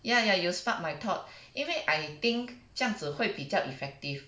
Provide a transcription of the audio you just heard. yeah yeah you spark my thought 因为 I think 这样子会比较 effective